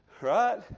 Right